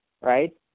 right